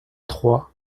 trois